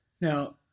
Now